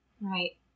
Right